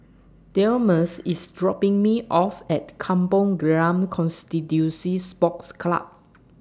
Delmus IS dropping Me off At Kampong Glam Constituency Sports Club